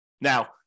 Now